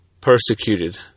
persecuted